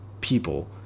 people